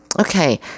Okay